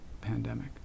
pandemic